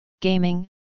gaming